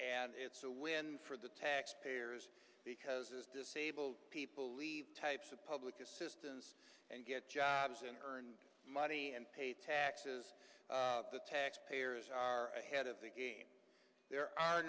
and it's a win for the taxpayers because it is disabled people leave types of public assistance and get jobs and earn money and pay taxes the taxpayers are ahead of the game there are